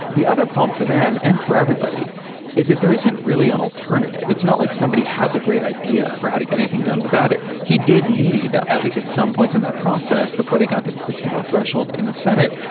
the other problem for them and for everybody is that there isn't really an alternative. it's not like somebody has a great idea for how to get anything done without it. he did need at least some points in that process before they got to the sixty vote threshold in the senate,